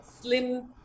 slim